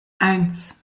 eins